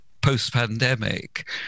post-pandemic